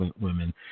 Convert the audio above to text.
women